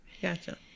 Gotcha